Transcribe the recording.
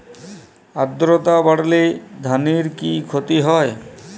আদ্রর্তা বাড়লে ধানের কি ক্ষতি হয়?